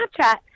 Snapchat